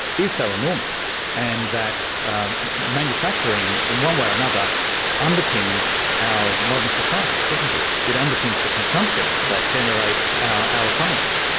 is so enormous, and that manufacturing in one way or another underpins our modern societies, doesn't it, it underpins the consumption that generates our economies.